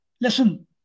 listen